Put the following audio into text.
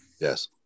Yes